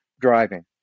driving